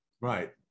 Right